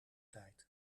tijd